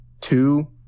two